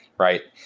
right?